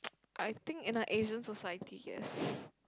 I think in the Asian society yes